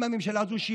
אם בממשלה הזו,